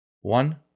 one